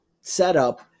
setup